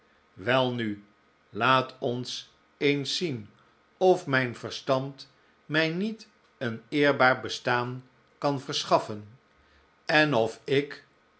welnu laat ons eens zien of mijn verstand mij niet een eerbaar bestaan kan verschaffen en of ik